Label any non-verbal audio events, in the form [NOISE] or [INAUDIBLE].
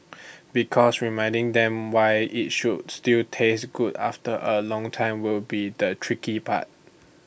[NOISE] because reminding them why IT should still taste good after A long time will be the tricky part